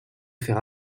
faire